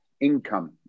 income